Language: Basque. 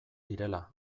direla